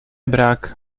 brak